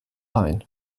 ein